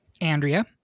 andrea